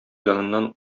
яныннан